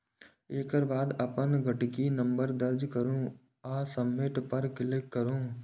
एकर बाद अपन गाड़ीक नंबर दर्ज करू आ सबमिट पर क्लिक करू